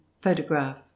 Photograph